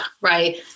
right